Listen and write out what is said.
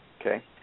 Okay